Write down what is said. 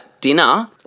dinner